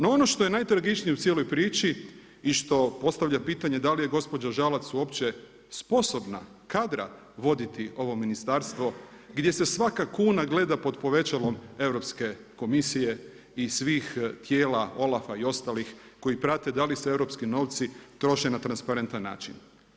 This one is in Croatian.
No ono što je najtragičnije u cijeloj priči i što postavlja pitanje da li je gospođa Žalac uopće sposobna, kadra voditi ovo Ministarstvo gdje se svaka kuna gleda pod povećalom Europske komisije i svih tijela Olaf-a i ostalih koji prate da li se europski novci troše na transparentan način.